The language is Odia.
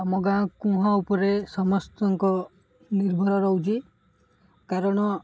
ଆମ ଗାଁ କୁଅ ଉପରେ ସମସ୍ତଙ୍କ ନିର୍ଭର ରହୁଛି କାରଣ